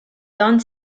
don